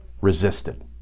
resisted